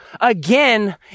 again